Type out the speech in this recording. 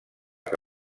que